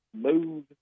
move